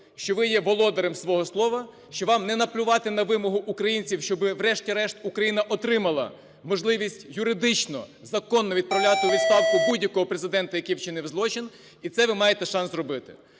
що ви є володарем свого слова, що вам не наплювати на вимогу українців, щоби врешті-решт Україна отримала можливість юридично законно відправляти у відставку будь-якого Президента, який вчинив злочин, і це ви маєте шанс зробити.